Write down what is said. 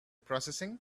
processing